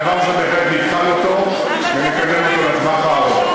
זה דבר שבהחלט נבחן אותו ונקדם אותו בטווח הארוך.